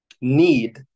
need